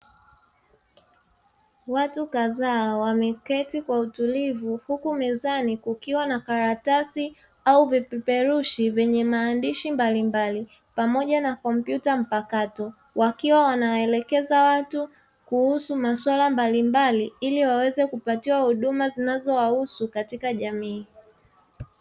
Watu kadhaa wameketi kwa utulivu huku mezani kukiwa na karatasi au vipeperushi vyenye maandishi mbalimbali pamoja na kompyuta mpakato wakiwa wanaelekeza watu kuhusu maswala mbalimbali ili waweze kupatiwa huduma zinazowahusu katika jamii.